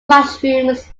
mushrooms